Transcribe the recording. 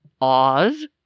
Oz